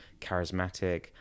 charismatic